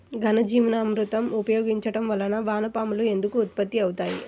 ఘనజీవామృతం ఉపయోగించటం వలన వాన పాములు ఎందుకు ఉత్పత్తి అవుతాయి?